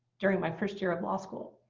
during my first year of law school.